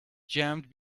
jammed